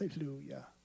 hallelujah